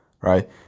Right